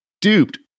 duped